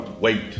wait